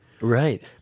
Right